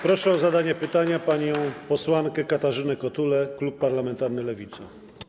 Proszę o zadanie pytania panią posłankę Katarzynę Kotulę, klub parlamentarny Lewica.